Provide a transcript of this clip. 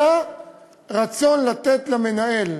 אלא רצון לתת למנהל